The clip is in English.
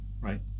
Right